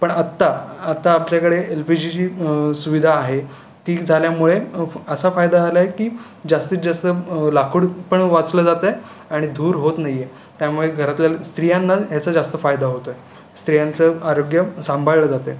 पण आत्ता आत्ता आपल्याकडे एल पी जीची सुविधा आहे ती झाल्यामुळे असा फायदा झाला आहे की जास्तीत जास्त लाकूड पण वाचलं जातं आहे आणि धूर होत नाही आहे त्यामुळे घरातल्या स्त्रियांना ह्याचा जास्त फायदा होतो आहे स्त्रियांचं आरोग्य सांभाळलं जातं आहे